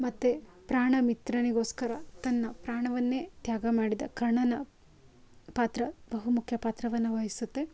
ಮತ್ತು ಪ್ರಾಣಮಿತ್ರನಿಗೋಸ್ಕರ ತನ್ನ ಪ್ರಾಣವನ್ನೇ ತ್ಯಾಗ ಮಾಡಿದ ಕರ್ಣನ ಪಾತ್ರ ಬಹುಮುಖ್ಯ ಪಾತ್ರವನ್ನು ವಹಿಸುತ್ತೆ